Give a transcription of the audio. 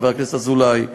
חבר הכנסת אזולאי,